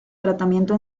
tratamiento